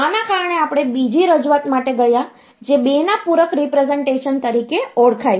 આને કારણે આપણે બીજી રજૂઆત માટે ગયા જે 2ના પૂરક રીપ્રેસનટેશન તરીકે ઓળખાય છે